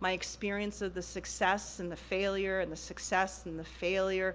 my experience of the success and the failure and the success and the failure